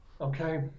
okay